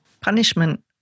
punishment